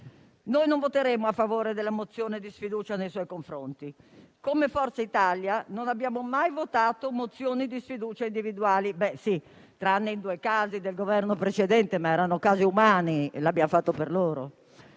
Noi non voteremo a favore della mozione di sfiducia nei suoi confronti. Forza Italia non ha mai votato mozioni di sfiducia individuali, tranne in due casi del Governo precedente, ma erano casi umani e l'abbiamo fatto per loro.